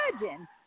Imagine